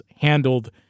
handled